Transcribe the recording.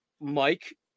Mike